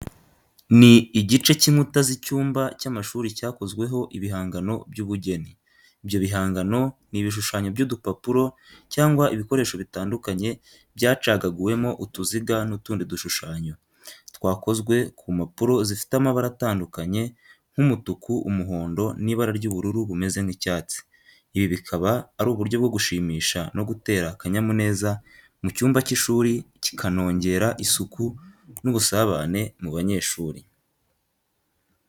Ni igice cy’inkuta z’icyumba cy’amashuri cyakozweho ibihangano by’ubugeni. Ibyo bihangano ni ibishushanyo by’udupapuro cyangwa ibikoresho bitandukanye byacagaguwemo utuziga n’utundi dushushanyo, twakozwe ku mpapuro zifite amabara atandukanye nk’umutuku, umuhondo n'ibara ry'ubururu bumeze nk'icyatsi. Ibi bikaba ari uburyo bwo gushimisha no gutera akanyamuneza mu cyumba cy’ishuri kikanongera isuku n’ubusabane mu banyeshuri.